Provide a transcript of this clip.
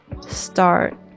start